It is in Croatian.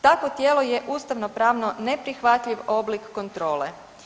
Takvo tijelo je ustavno-pravno neprihvatljiv oblik kontrole.